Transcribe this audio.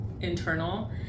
internal